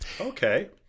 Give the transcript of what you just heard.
Okay